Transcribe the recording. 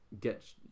get